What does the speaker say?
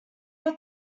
were